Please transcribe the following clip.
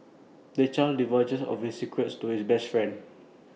the child divulges of his secrets to his best friend